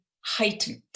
heightened